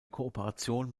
kooperation